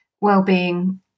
well-being